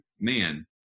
man